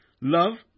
love